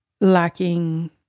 lacking